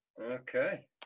okay